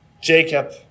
Jacob